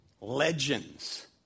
legends